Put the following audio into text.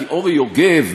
כי אורי יוגב,